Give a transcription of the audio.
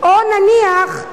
או נניח,